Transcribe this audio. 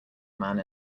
man